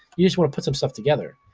you just wanna put some stuff together.